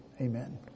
amen